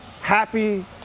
happy